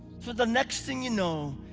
so the next thing you know,